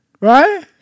Right